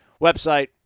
website